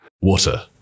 Water